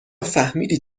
فهمیدی